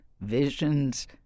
visions